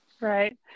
Right